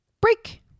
break